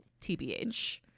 tbh